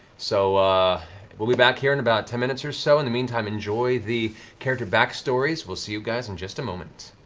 so ah we'll be back here in about ten minutes or so. in the meantime, enjoy the character backstories. we'll see you guys in just a moment.